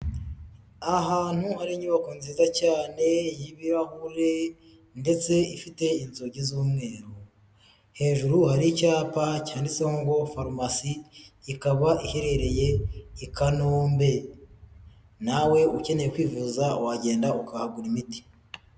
Ahantutu hari inyubako nziza cyane y'ibirahure ndetse ifite inzugi z'umweru hejuru hari icyapa cyanditseho ngo farumasi ikaba iherereye i kanombe nawe ukeneye kwivuza wagenda ukahagura imiti.